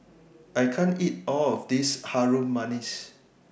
I can't eat All of This Harum Manis